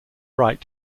wright